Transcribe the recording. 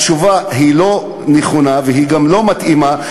התשובה היא לא נכונה והיא גם לא מתאימה,